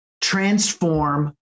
transform